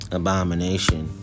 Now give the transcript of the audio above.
abomination